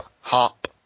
hop